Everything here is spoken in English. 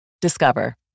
Discover